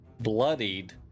bloodied